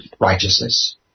Righteousness